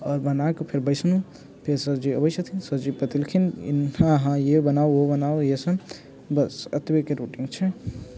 आओर बनाके फेर बैसलहुँ फेर सर जी अबै छथिन सर जी बतेलखिन हँ हँ ये बनाओ वो बनाओ इहे सब बस एतबेके रूटीन छै